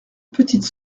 petite